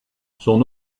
son